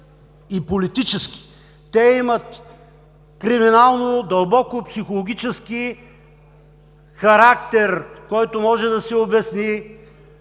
и политически. Те имат криминално, дълбоко психологически характер, който може да се обясни